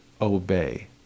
obey